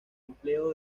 empleo